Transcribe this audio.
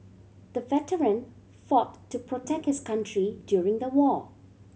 the veteran fought to protect his country during the war